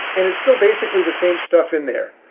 and it's still basically the same stuff in there.